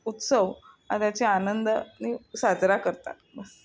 उत्सव आ त्याची आनंदाने साजरा करतात बस